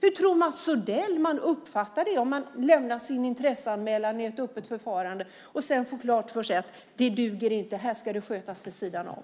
Hur tror Mats Odell att man uppfattar det om man lämnar sin intresseanmälan i ett öppet förfarande och sedan får klart för sig att det inte duger? Det här ska skötas vid sidan om.